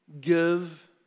Give